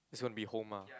it's gonna be home ah